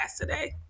today